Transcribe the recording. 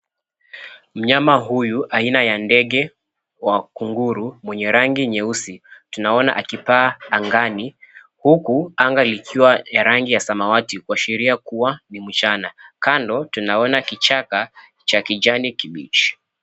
Mnyama huyu aina ya ndege wa kunguru mwenye rangi nyeusi. Tunaona akipaa angani huku anga ikiwa ya rangi ya samawati kuashiria kuwa ni mchana. Kando tunaona kichaka cha kijanikibichi.